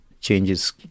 changes